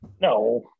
No